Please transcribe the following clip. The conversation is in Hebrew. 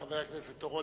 חבר הכנסת אורון,